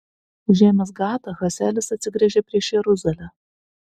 užėmęs gatą hazaelis atsigręžė prieš jeruzalę